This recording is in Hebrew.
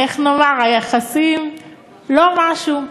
איך נאמר, היחסים לא משהו.